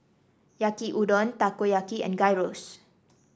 Yaki Udon Takoyaki and Gyros